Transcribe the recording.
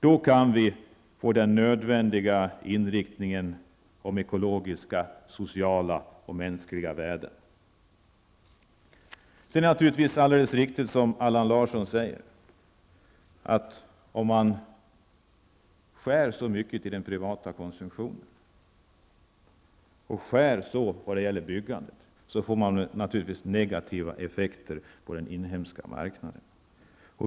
Då kan vi få den nödvändiga inriktningen på ekologiska, sociala och mänskliga värden. Sedan är det naturligtvis alldeles riktigt som Allan Larsson säger, att om man skär så mycket till den privata konsumtionen och skär när det gäller byggandet får det negativa effekter på den inhemska marknaden.